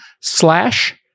slash